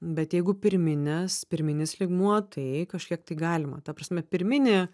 bet jeigu pirmines pirminis lygmuo tai kažkiek tai galima ta prasme pirminė